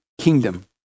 kingdom